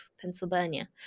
Pennsylvania